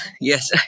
Yes